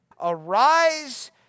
arise